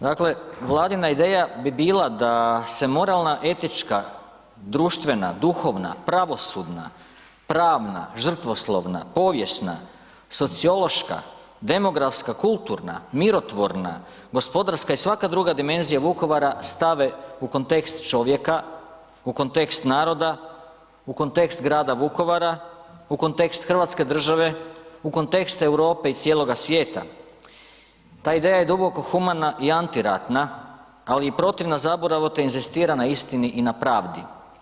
Dakle „Vladina ideja bi bila da moralna, etička, društvena, duhovna, pravosudna, pravna, žrtvoslovna, povijesna, sociološka, demografska, kulturna, mirotvorna, gospodarska i svaka druga dimenzija Vukovara stave u kontekst čovjeka, u kontekst naroda, u kontekst grada Vukovara, u kontekst Hrvatske države, u kontekst Europe i cijeloga svijeta ta ideja je duboko humana i antiratna, ali i protivna zaboravu te inzistira na istini i na pravdi.